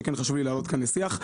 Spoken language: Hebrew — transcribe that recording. שכן חשוב לי להעלות כאן לשיח.